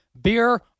beer